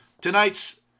tonight's